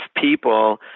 people